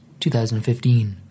2015